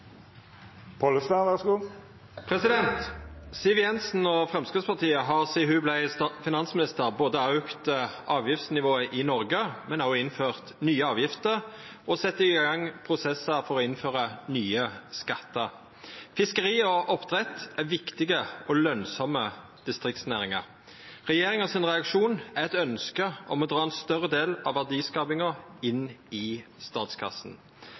Siv Jensen – og Framstegspartiet – har sidan ho vart finansminister, både auka avgiftsnivået i Noreg og innført nye avgifter, og har sett i gang prosessar for å innføra nye skattar. Fiskeri og oppdrett er viktige og lønsame distriktsnæringar. Regjeringas reaksjon er eit ønske om å dra ein større del av verdiskapinga inn i